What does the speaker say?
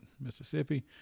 mississippi